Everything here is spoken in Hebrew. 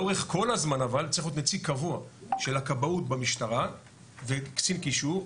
לאורך כל הזמן אבל צריך להיות נציג קבוע של הכבאות במשטרה וקצין קישור,